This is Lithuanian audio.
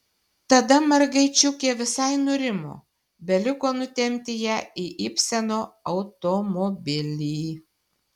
tada mergaičiukė visai nurimo beliko nutempti ją į ibseno automobilį